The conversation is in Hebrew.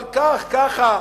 אבל ככה,